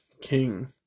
King